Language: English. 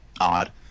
odd